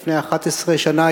לפני 11 שנה,